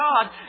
God